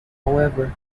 however